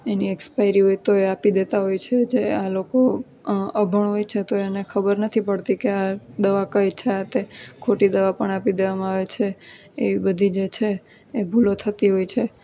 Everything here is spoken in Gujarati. એની એક્સપાયરી હોય તોય આપી દેતાં હોય છે જે આ લોકો અભણ હોય છે તો એને ખબર નથી પડતી કે આ દવા કઈ છે આ તે ખોટી દવા પણ આપી દેવામાં આવે છે એવી બધી જે છે એ ભૂલો થતી હોય છે